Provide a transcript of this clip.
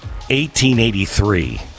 1883